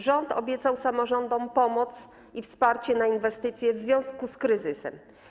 Rząd obiecał samorządom pomoc i wsparcie na inwestycje w związku z kryzysem.